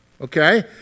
Okay